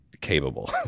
capable